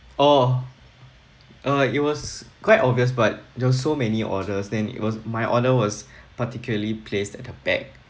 oh oh like it was quite obvious but there were so many orders then it was my order was particularly placed at the back